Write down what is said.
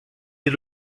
est